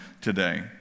today